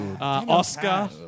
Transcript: Oscar